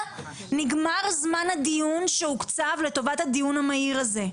נגמר זמן הדיון שהוקצב לטובת הדיון המהיר הזה.